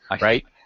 right